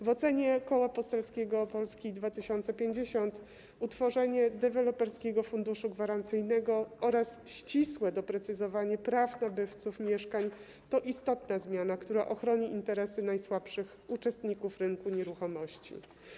W ocenie Koła Parlamentarnego Polska 2050 utworzenie Deweloperskiego Funduszu Gwarancyjnego oraz ścisłe doprecyzowanie praw nabywców mieszkań to istotna zmiana, która ochroni interesy najsłabszych uczestników rynku nieruchomości.